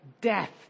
death